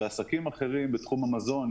ועסקים אחרים בתחום המזון,